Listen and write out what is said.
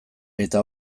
eta